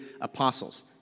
apostles